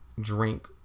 drink